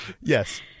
Yes